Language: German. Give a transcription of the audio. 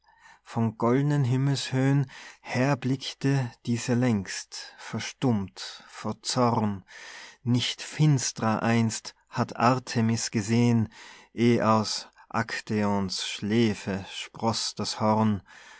von goldnen himmelshöhen herblickte diese längst verstummt vor zorn nicht finstrer einst hat artemis gesehen eh aus actäons schläfe sproß das horn